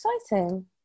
exciting